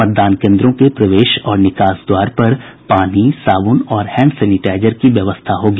मतदान केंद्रों के प्रवेश और निकास द्वार पर पानी साबुन और हैंड सैनिटाईजर की व्यवस्था होगी